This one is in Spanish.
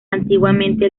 antiguamente